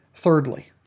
Thirdly